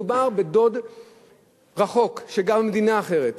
מדובר בדוד רחוק, שגר במדינה אחרת,